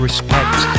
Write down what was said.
Respect